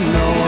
no